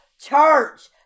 church